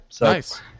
Nice